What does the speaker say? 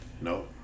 No